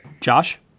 Josh